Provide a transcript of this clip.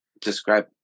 describe